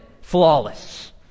flawless